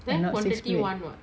and not six plate